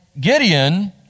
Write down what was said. Gideon